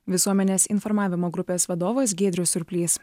visuomenės informavimo grupės vadovas giedrius surplys